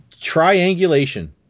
Triangulation